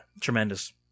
tremendous